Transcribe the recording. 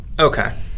Okay